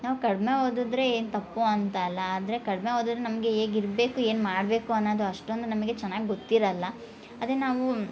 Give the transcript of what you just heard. ನಾವು ಕಡ್ಮೆ ಓದಿದ್ರೆ ಏನು ತಪ್ಪು ಅಂತ ಅಲ್ಲ ಆದರೆ ಕಡ್ಮೆ ಓದಿದ್ರೆ ನಮಗೆ ಹೇಗೆ ಇರಬೇಕು ಏನು ಮಾಡಬೇಕು ಅನ್ನೋದು ಅಷ್ಟೊಂದು ನಮಗೆ ಚೆನ್ನಾಗಿ ಗೊತ್ತಿರಲ್ಲ ಅದೇ ನಾವು